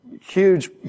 huge